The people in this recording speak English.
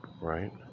right